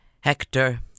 Hector